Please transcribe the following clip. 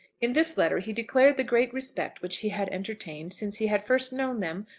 in this letter he declared the great respect which he had entertained, since he had first known them,